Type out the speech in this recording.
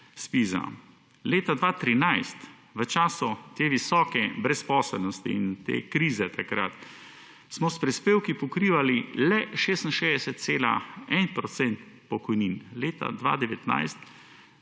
ZPIZ. Leta 2013 v času te visoke brezposelnosti in te krize takrat, smo s prispevki pokrivali le 66,1 % pokojnin, leta 2019